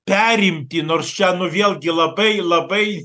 perimti nors čia vėlgi labai labai